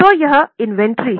तो यह इन्वेंट्री है